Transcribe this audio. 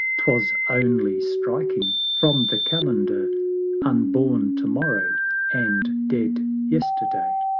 twas only striking from the calendar unborn to-morrow and dead yesterday.